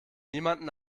niemanden